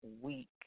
week